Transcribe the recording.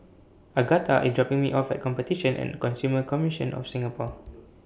Agatha IS dropping Me off At Competition and Consumer Commission of Singapore